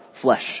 flesh